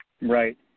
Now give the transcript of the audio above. Right